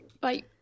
Bye